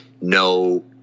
no